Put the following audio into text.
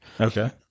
Okay